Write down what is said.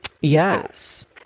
yes